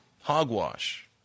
Hogwash